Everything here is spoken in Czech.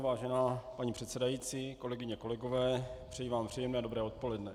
Vážená paní předsedající, kolegyně, kolegové, přeji vám příjemné dobré odpoledne.